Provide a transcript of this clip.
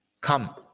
Come